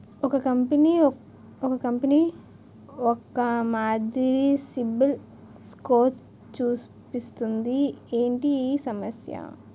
ఒక్కో కంపెనీ ఒక్కో మాదిరి సిబిల్ స్కోర్ చూపిస్తుంది ఏంటి ఈ సమస్య?